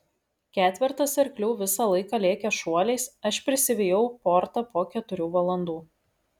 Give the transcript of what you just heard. ketvertas arklių visą laiką lėkė šuoliais aš prisivijau portą po keturių valandų